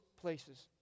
places